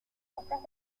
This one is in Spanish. costas